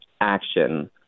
Action